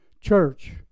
church